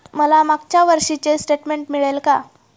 मला मागच्या वर्षीचे स्टेटमेंट मिळेल का?